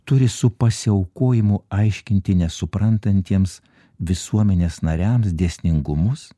turi su pasiaukojimu aiškinti nesuprantantiems visuomenės nariams dėsningumus